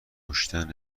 کشتن